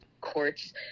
courts